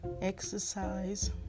exercise